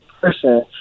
person